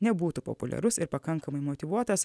nebūtų populiarus ir pakankamai motyvuotas